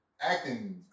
Acting